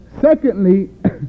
Secondly